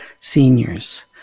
Seniors